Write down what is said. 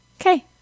Okay